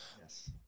yes